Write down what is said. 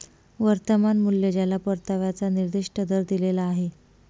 वर्तमान मूल्य ज्याला परताव्याचा निर्दिष्ट दर दिलेला आहे